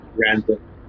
random